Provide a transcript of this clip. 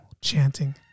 chanting